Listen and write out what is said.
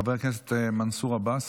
חבר הכנסת מנסור עבאס,